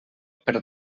per